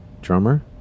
drummer